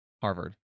Harvard